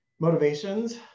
motivations